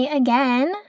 again